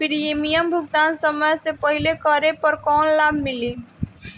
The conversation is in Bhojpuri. प्रीमियम भुगतान समय से पहिले करे पर कौनो लाभ मिली?